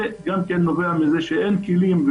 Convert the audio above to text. זה גם נובע מזה שאין כלים,